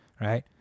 right